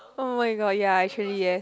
[oh]-my-god ya actually yes